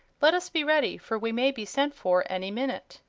let us be ready, for we may be sent for any minute.